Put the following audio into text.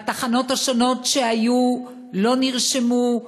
בתחנות השונות שהיו לא נרשמו,